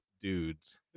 dudes